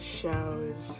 shows